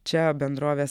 čia bendrovės